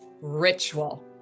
ritual